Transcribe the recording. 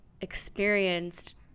experienced